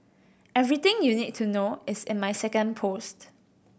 everything you need to know is in my second post